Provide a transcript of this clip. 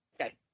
Okay